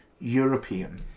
european